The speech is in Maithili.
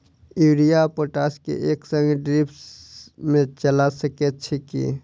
यूरिया आ पोटाश केँ एक संगे ड्रिप मे चला सकैत छी की?